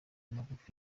magufi